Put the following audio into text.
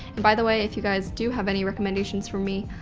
and by the way, if you guys do have any recommendations for me,